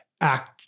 act